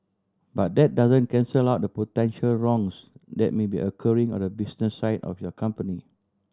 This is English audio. but that doesn't cancel out the potential wrongs that may be occurring on the business side of your company